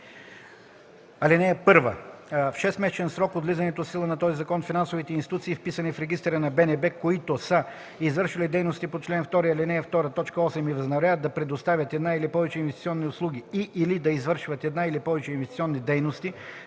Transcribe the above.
„§ 80. (1) В 6-месечен срок от влизането в сила на този закон финансовите институции, вписани в регистъра на БНБ, които са извършвали дейности по чл. 2, ал. 2, т. 8 и възнамеряват да предоставят една или повече инвестиционни услуги и/или да извършват една или повече инвестиционни дейности